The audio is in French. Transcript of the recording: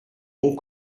bons